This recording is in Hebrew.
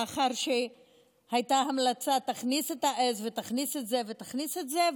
לאחר שהייתה המלצה: תכניס את העז ותכניס את זה ותכניס את זה,